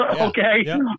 Okay